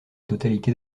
totalité